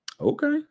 Okay